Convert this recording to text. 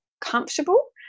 comfortable